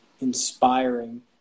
inspiring